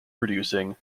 producing